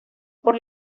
por